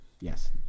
yes